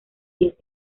diez